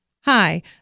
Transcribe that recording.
Hi